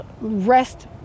rest